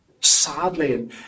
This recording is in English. sadly